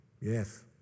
Yes